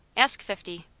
ask fifty!